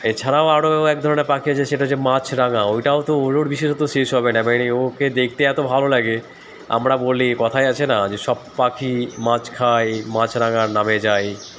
এছাড়াও আরও এক ধরনের পাখি আছে সেটা হচ্ছে মাছরাঙা ওইটাও তো ওরও তো বিশেষত্ব শেষ হবে না মানে ওকে দেখতে এত ভালো লাগে আমরা বলি কথায় আছে না যে সব পাখি মাছ খায় মাছরাঙার নামে যায়